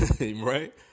right